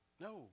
No